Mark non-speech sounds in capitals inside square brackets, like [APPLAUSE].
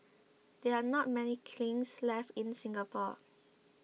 [NOISE] there are not many kilns left in Singapore